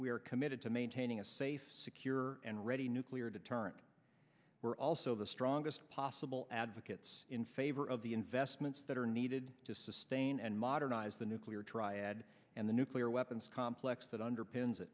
are committed to maintaining a safe secure and ready nuclear deterrent were also the strongest possible advocates in favor of the investments that are needed to sustain and modernize the nuclear triad and the nuclear weapons complex that underpins